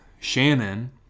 Shannon